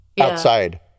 outside